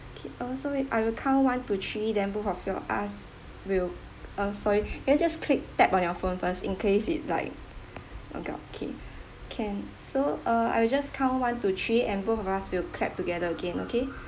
oh so wait I will count one to three them both of your us will oh sorry can you just click tap on your phone first in case it like log out okay can so uh I will just count one to three and both of us will clap together again okay